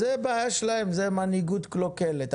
זאת בעיה שלהם, זאת מנהיגות קלוקלת.